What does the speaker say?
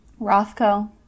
Rothko